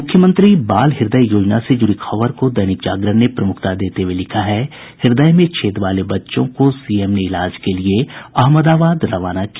मुख्यमंत्री बाल हृदय योजना से जुड़ी खबर को दैनिक जागरण ने प्रमुखता देते हुए लिखा है हृदय में छेद वाले बच्चों को सीएम ने इलाज के लिए अहमदाबाद रवाना किया